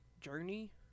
journey